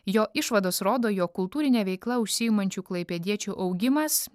jo išvados rodo jog kultūrine veikla užsiimančių klaipėdiečių augimas